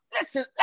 listen